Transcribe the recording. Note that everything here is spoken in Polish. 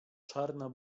czarna